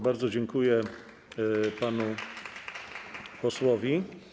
Bardzo dziękuję panu posłowi.